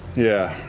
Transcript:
yeah,